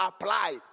applied